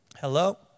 Hello